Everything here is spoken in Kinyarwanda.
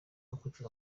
hakurikijwe